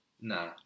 nah